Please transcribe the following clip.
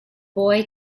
boy